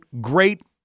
great